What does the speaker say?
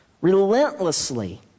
relentlessly